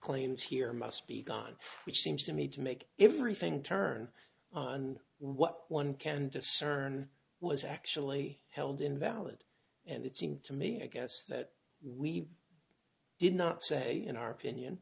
claims here must be gone which seems to me to make everything turn on what one can discern was actually held invalid and it seemed to me i guess that we did not say in our opinion